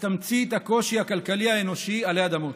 תמצית הקושי הכלכלי האנושי עלי אדמות,